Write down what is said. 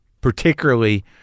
particularly